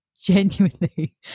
genuinely